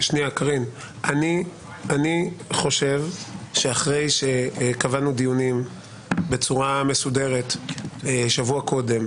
אני חושב שאחרי שקבענו דיונים בצורה מסודרת שבוע קודם,